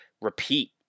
repeat